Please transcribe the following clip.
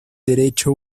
derecho